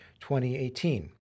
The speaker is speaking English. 2018